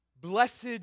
Blessed